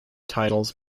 titles